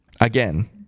again